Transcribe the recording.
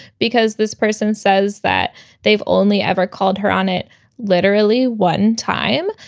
because this person says that they've only ever called her on it literally one time.